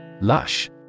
Lush